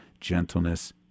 gentleness